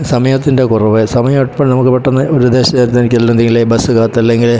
സമയത്തിൻ്റെ കുറവ് സമയം ഇപ്പോൾ നമുക്ക് പെട്ടെന്ന് വിദേശയാത്രക്ക് അല്ല എന്തെങ്കിലും ബസ്സ് കാത്ത് അല്ലെങ്കിൽ